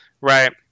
right